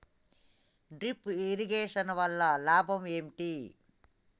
Drip irrigation వల్ల లాభం ఏంటి?